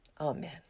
Amen